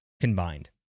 combined